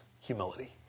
humility